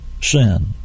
sin